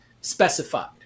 specified